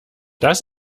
das